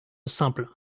simple